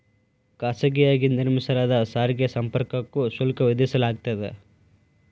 ಖಾಸಗಿಯಾಗಿ ನಿರ್ಮಿಸಲಾದ ಸಾರಿಗೆ ಸಂಪರ್ಕಕ್ಕೂ ಶುಲ್ಕ ವಿಧಿಸಲಾಗ್ತದ